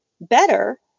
better